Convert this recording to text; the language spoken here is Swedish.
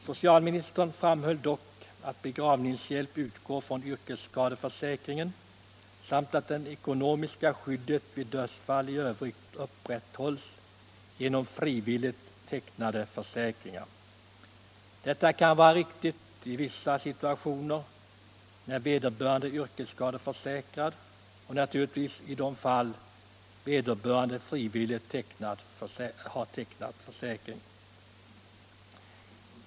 Socialministern framhöll att begravningshjälp utgår från yrkesskadeförsäkringen samt att det ekonomiska skyddet vid dödsfall i övrigt upprätthålls genom frivilligt tecknade försäkringar. Det är riktigt i de situationer där vederbörande är yrkesskadeförsäkrad eller frivilligt har tecknat försäkring.